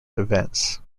events